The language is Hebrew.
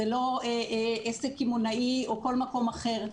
זה לא עסק קמעונאי או כל מקום אחר.